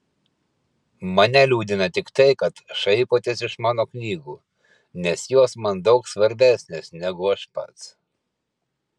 mane liūdina tik tai kad šaipotės iš mano knygų nes jos man daug svarbesnės negu aš pats